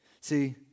See